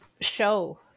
show